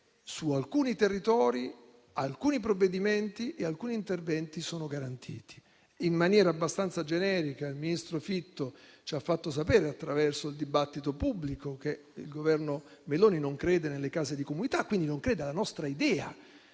su alcuni territori, alcuni provvedimenti e alcuni interventi sono garantiti. In maniera abbastanza generica, il ministro Fitto ci ha fatto sapere, attraverso il dibattito pubblico, che il Governo Meloni non crede nelle case di comunità; quindi, non crede alla nostra idea